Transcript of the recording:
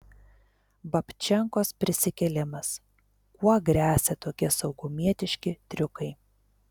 babčenkos prisikėlimas kuo gresia tokie saugumietiški triukai